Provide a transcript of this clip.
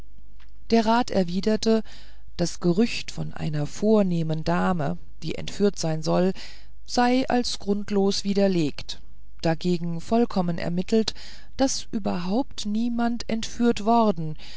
der rat erwiderte das gerücht von einer vornehmen dame die entführt sein solle sei als grundlos widerlegt dagegen vollkommen ermittelt daß überhaupt niemand entführt worden